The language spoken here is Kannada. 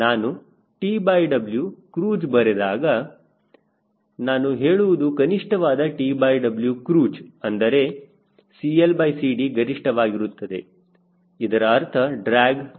ನಾನು TW ಕ್ರೂಜ್ ಬರೆದಾಗ ನಾನು ಹೇಳುವುದು ಕನಿಷ್ಠವಾದ TW ಕ್ರೂಜ್ ಅಂದರೆ CLCD ಗರಿಷ್ಠವಾಗಿರುತ್ತದೆ ಇದರ ಅರ್ಥ ಡ್ರ್ಯಾಗ್ ಕನಿಷ್ಠವಾಗಿರುತ್ತದೆ